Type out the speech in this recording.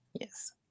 yes